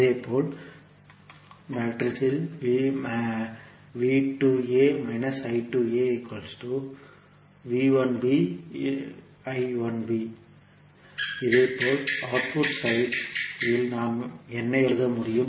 இதேபோல் இதேபோல் output side இல் நாம் என்ன எழுத முடியும்